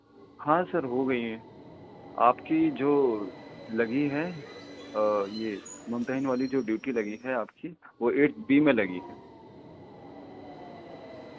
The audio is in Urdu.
ہاں سر ہو گئی ہیں آپ کی جو لگی ہے یہ ممتہین والی جو ڈیوٹی لگی ہے آپ کی وہ ایٹ بی میں لگی ہے